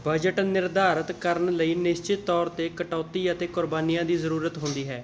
budget ਨਿਰਧਾਰਿਤ ਕਰਨ ਲਈ ਨਿਸ਼ਚਿਤ ਤੌਰ 'ਤੇ ਕਟੌਤੀ ਅਤੇ ਕੁਰਬਾਨੀਆਂ ਦੀ ਜ਼ਰੂਰਤ ਹੁੰਦੀ ਹੈ